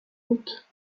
woot